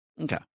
Okay